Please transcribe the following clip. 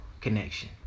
connection